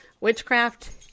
Witchcraft